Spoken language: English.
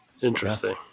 interesting